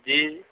جی